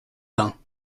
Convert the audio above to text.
bains